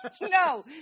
No